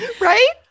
right